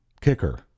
kicker